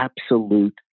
absolute